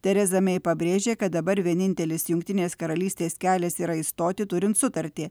tereza mei pabrėžė kad dabar vienintelis jungtinės karalystės kelias yra išstoti turint sutartį